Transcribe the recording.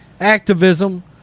activism